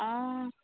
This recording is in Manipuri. ꯑꯥ